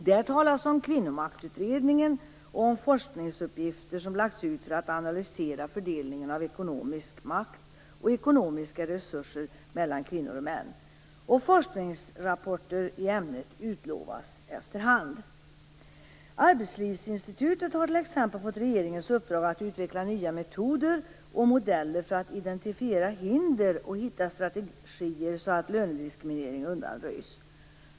Där talas om Kvinnomaktutredningen, och om forskningsuppgifter som lagts ut för att analysera fördelningen av ekonomisk makt och ekonomiska resurser mellan kvinnor och män. Forskningsrapporter i ämnet utlovas efter hand. Arbetslivsinstitutet har t.ex. fått regeringens uppdrag att utveckla nya metoder och modeller för att identifiera hinder och hitta strategier så att lönediskriminering undanröjs.